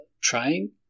trying